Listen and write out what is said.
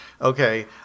okay